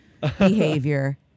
behavior